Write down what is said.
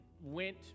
went